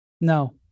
No